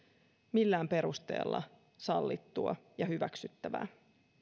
millään perusteella sallittua ja hyväksyttävää